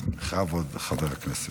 היושב-ראש, מכובדיי השרים,